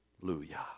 Hallelujah